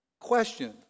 Question